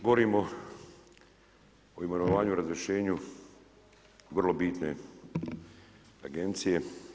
Govorimo o imenovanju i razrješenju vrlo bitne agencije.